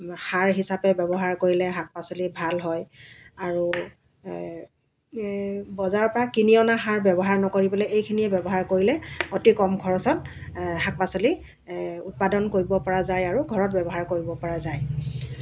সাৰ হিচাপে ব্যৱহাৰ কৰিলে শাক পাচলি ভাল হয় আৰু বজাৰৰ পৰা কিনি অনা সাৰ ব্যৱহাৰ নকৰি পেলাই এইখিনিয়ে ব্যৱহাৰ কৰিলে অতি কম খৰচত শাক পাচলি উৎপাদন কৰিব পৰা যায় আৰু ঘৰত ব্যৱহাৰ কৰিব পৰা যায়